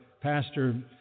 pastor